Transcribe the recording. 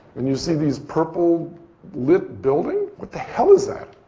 and you see these purple lit building, what the hell is that?